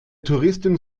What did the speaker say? touristin